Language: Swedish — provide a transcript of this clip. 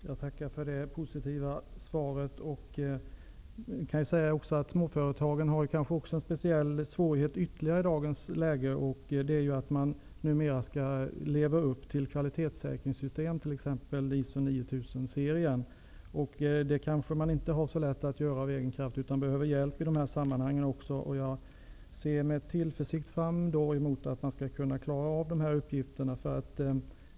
Herr talman! Jag tackar för det positiva svaret. Småföretagen har i dagens läge ytterligare en speciell svårighet, nämligen att de numera skall leva upp till kvalitetssäkringssystem, t.ex. till ISO 9000-serien. Detta har företagen kanske inte så lätt att göra av egen kraft, utan de kan behöva hjälp för att klara detta. Jag ser med tillförsikt fram emot att man skall kunna klara dessa uppgifter.